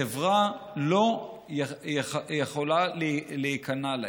חברה לא יכולה להיכנע להם,